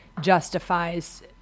justifies